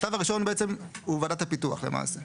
השלב הראשון הוא בעצם ועדת הפיתוח למעשה.